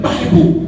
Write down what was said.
Bible